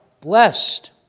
blessed